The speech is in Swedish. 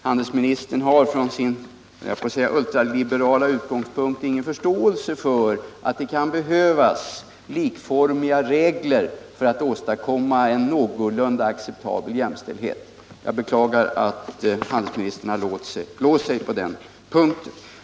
Handelsministern har från sin ultraliberala utgångspunkt ingen förståelse för att det kan behövas likformiga regler för att åstadkomma en någorlunda acceptabel jämställdhet. Jag beklagar att handelsministern har låst sig på den punkten.